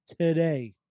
today